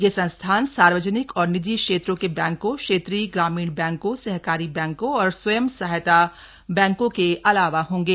ये संस्था न सार्व ज नि क औ र नि जी स्क्षेत्रों के बैंकों क्षेत्रीय ग्रामीण बैंकों सहकारी बैंकों और स्वयं सहायता बैं कों के अ ला वा हों गे